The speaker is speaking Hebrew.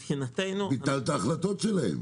ביטלת החלטות שלהם.